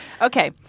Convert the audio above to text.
Okay